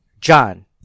John